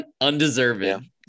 Undeserving